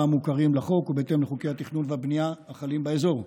המוכרים לחוק ובהתאם לחוקי התכנון והבנייה החלים באזור.